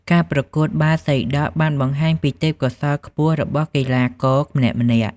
ការប្រកួតបាល់សីដក់បានបង្ហាញពីទេពកោសល្យខ្ពស់របស់កីឡាករម្នាក់ៗ។